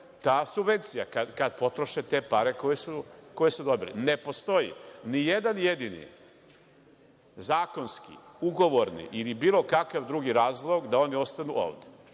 ta subvencija, kada potroše te pare koje su dobili. Ne postoji ni jedan jedini zakonski, ugovorni ili bilo kakav drugi razlog da oni ostanu ovde.